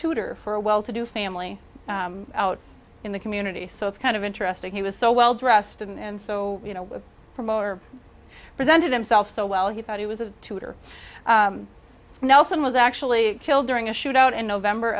tutor for a well to do family out in the community so it's kind of interesting he was so well dressed and so you know promoter presented himself so well he thought he was a tutor nelson was actually killed during a shoot out in november